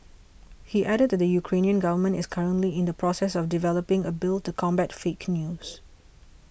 he added that the Ukrainian government is currently in the process of developing a bill to combat fake news